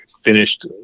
finished